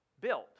built